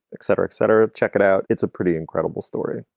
etc, etc. check it out. it's a pretty incredible story.